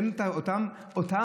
אין אותו מינימום,